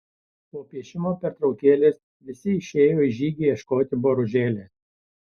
po piešimo pertraukėlės visi išėjo į žygį ieškoti boružėlės